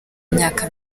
imyaka